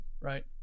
right